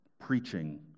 preaching